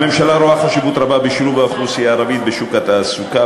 הממשלה רואה חשיבות רבה בשילוב האוכלוסייה הערבית בשוק התעסוקה.